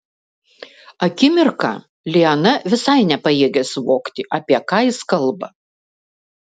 akimirką liana visai nepajėgė suvokti apie ką jis kalba